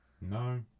No